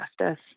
justice